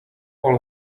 all